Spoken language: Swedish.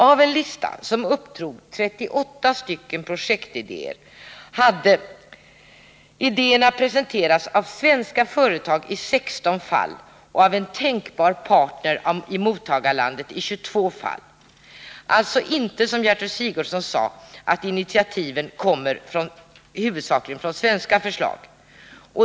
Av en lista som upptog 38 projektidéer hade idéerna presenterats av svenska företag i 16 fall och av en tänkbar partner i mottagarlandet i 22 fall. Det är alltså inte så, som Gertrud Sigurdsen sade, att initiativen huvudsakligen kommer från svenska företag.